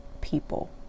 people